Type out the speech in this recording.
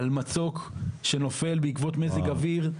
על מצוק שנופל בעקבות מזג אויר,